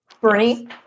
Bernie